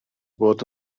bod